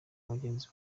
mugenzi